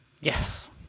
Yes